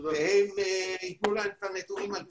והם ייתנו לנו את הנתונים על פטירות.